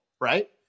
Right